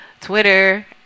Twitter